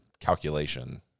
Calculation